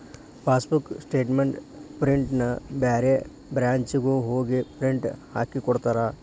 passbook statement ಪ್ರಿಂಟ್ನ ಬ್ಯಾರೆ ಬ್ರಾಂಚ್ನ್ಯಾಗು ಹೋಗಿ ಪ್ರಿಂಟ್ ಹಾಕಿಕೊಡ್ತಾರ